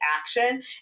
action